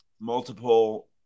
multiple